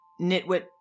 nitwit